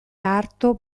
arto